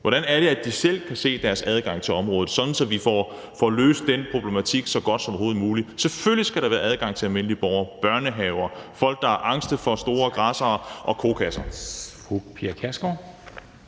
hvordan de kan se deres adgang til området, sådan at vi får løst den problematik så godt som overhovedet muligt. Selvfølgelig skal der være adgang for almindelige borgere, børnehaver, folk, der er angst for store græssere og kokasser.